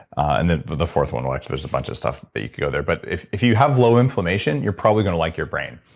and then, the fourth one. actually, there's a bunch of stuff that you can go there. but if if you have low inflammation, you're probably going to like your brain.